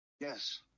Yes